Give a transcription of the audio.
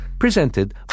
Presented